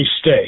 stay